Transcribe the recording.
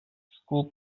school